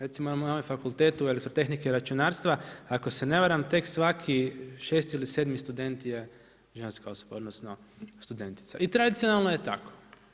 Recimo imamo na Fakultetu elektrotehnike i računarstva ako se ne varam tek svaki šesti ili sedmi student je ženska osoba, odnosno studentica i tradicionalno je tako.